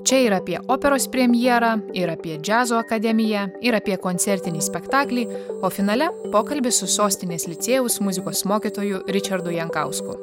čia ir apie operos premjerą ir apie džiazo akademiją ir apie koncertinį spektaklį o finale pokalbis su sostinės licėjaus muzikos mokytoju ričardu jankausku